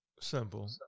simple